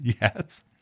Yes